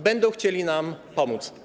Będą chcieli nam pomóc.